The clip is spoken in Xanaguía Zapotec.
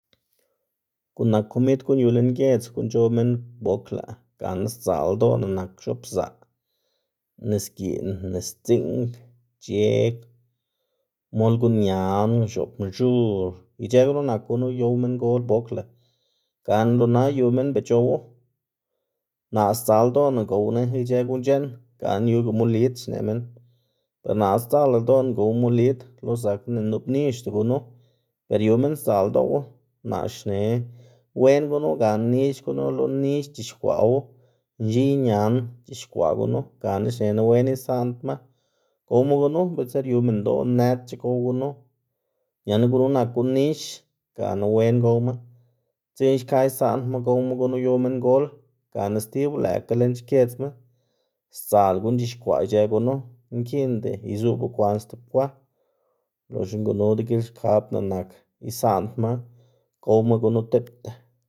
Guꞌn nak komid guꞌn yu lën giedz guꞌn c̲h̲ow minn bokla gana szaꞌl ldoꞌná nak: x̱oꞌb pzaꞌ, nis giꞌn, nis dziꞌng, c̲h̲eg, mol guꞌn ñan, x̱oꞌb mx̱ur, ic̲h̲ë gunu nak guꞌn uyow minngol bokla gana lo na yu minn beꞌ c̲h̲owu, naꞌ sdzaꞌl ldoꞌná gowná ic̲h̲ë guꞌn c̲h̲eꞌn, gana yuga molid xneꞌ minn, ber naꞌ sdzaꞌlda ldoꞌná gowná molid lo zakná ni nup nixda gunu. ver yu minn sdzaꞌl ldoꞌwu. Naꞌ xneꞌ wen gunu gana nix gunu lo nix c̲h̲ixkwaꞌwu nx̱iy ñan c̲h̲ixkwaꞌ gunu gana xnená wen isaꞌndma gowma gunu, bitser yu minndoꞌ nedc̲h̲a gow gunu ñana gunu nak guꞌn nix gana wen gowma, dzekna xka isaꞌndma gowma guꞌn uyow minngol gana stibu lëkga lën xkiedzma sdzal guꞌn c̲h̲ixkwaꞌ ic̲h̲ë gunu, nkiꞌnda izuꞌw bekwaꞌn stib kwa loxna gunu degilxkabná ak isaꞌndma gowma gunu tipta.